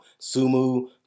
Sumu